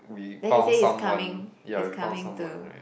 then he say he's coming he's coming to